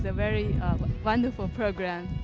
very wonderful program.